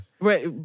Right